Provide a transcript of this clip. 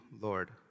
Lord